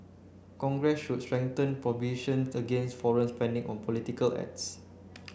congress should strengthen prohibitions against foreign spending on political ads